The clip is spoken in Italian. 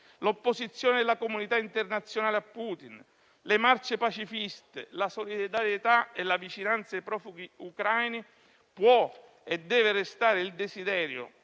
l'opposizione della comunità internazionale a Putin, le marce pacifiste, la solidarietà e la vicinanza ai profughi ucraini può e deve restare proprio il desiderio